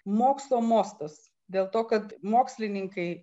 mokslo mostas dėl to kad mokslininkai